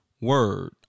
word